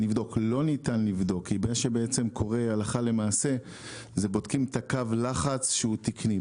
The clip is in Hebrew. לא ניתן לבדוק כי מה שקורה הלכה למעשה זה שבודקים את הקו לחץ שהוא תקני.